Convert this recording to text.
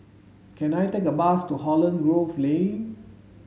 can I take a bus to Holland Grove Lane